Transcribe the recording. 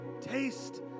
Taste